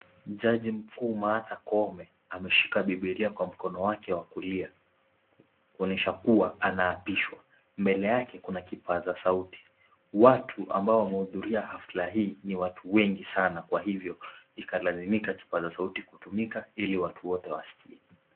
Jaji mkuu Martha Koome ameshika bibilia kwa mkono wake wa kulia, kuonyesha kuwa anaapishwa ,mbele yake kuna kipaza sauti, watu ambao wamehudhuria hafla hii ni watu wengi sana kwa hivyo ikalazimika kipasa sauti kutumika ili watu wote wasikie.